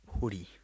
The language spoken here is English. hoodie